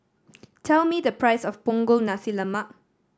tell me the price of Punggol Nasi Lemak